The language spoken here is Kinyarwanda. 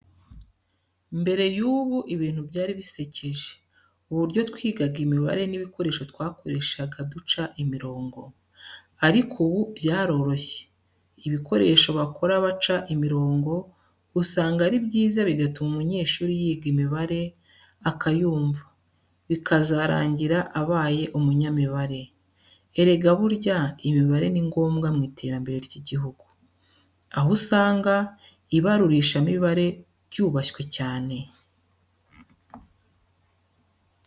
Mbere y'ubu ibintu byari bisekeje, uburyo twigaga imibare n'ibikoresho twakoreshaga duca imirongo. Ariko ubu byaroroshye ibikoresho bakora baca imirongo usanga ari byiza bigatuma umunyeshuri yiga imibare akayumva, bikazarangira abaye umunyamibare. Erega burya imibare ningombwa mu iterambere ry'igihugu. Aho usanga ibarurishamibare ry'ubashywe cyane.